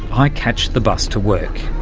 i catch the bus to work.